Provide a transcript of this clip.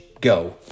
Go